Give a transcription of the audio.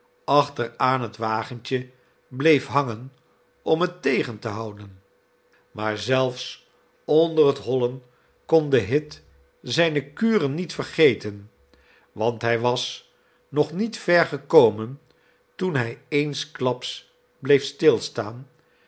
achter aan het wagentje bleef hangen om het tegen te houden maar zelfs onder het hollen kon de hit zijne kuren niet vergeten want hij was nog niet ver gekomen toen hij eensklaps bleef stilstaan